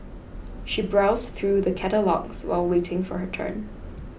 she browsed through the catalogues while waiting for her turn